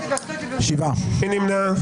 מי נמנע?